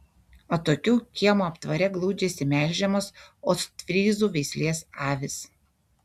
atokiau kiemo aptvare glaudžiasi melžiamos ostfryzų veislės avys